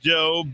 Joe